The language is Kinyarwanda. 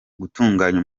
gutunganya